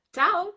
Ciao